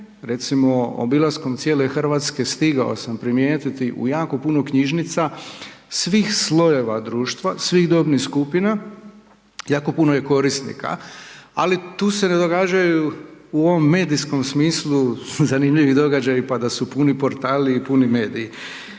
Recimo obilaskom cijele Hrvatske, stigao sam primijetiti u jako puno knjižnica svih slojeva društva svih dobnih skupina, jako puno je korisnika, ali tu se ne događaju, u ovom medijskom smislu, su zanimljivi događaji, pa da su puni portali i puni mediji.